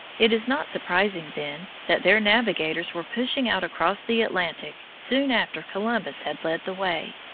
it is not surprising, then, that their navigators were pushing out across the atlantic soon after columbus had led the way.